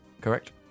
Correct